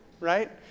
right